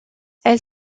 elle